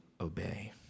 obey